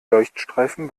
leuchtstreifen